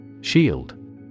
Shield